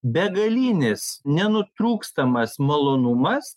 begalinis nenutrūkstamas malonumas